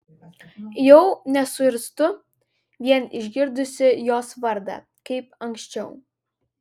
jau nesuirztu vien išgirdusi jos vardą kaip anksčiau